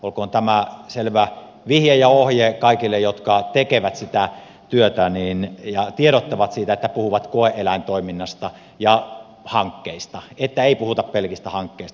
olkoon tämä selvä vihje ja ohje kaikille jotka tekevät sitä työtä ja tiedottavat siitä että puhuvat koe eläintoiminnasta ja hankkeista että ei puhuta pelkistä hankkeista